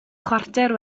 chwarter